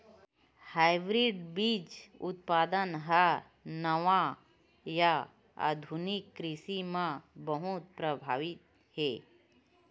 hybrid बीज उत्पादन हा नवा या आधुनिक कृषि मा बहुत प्रभावी हे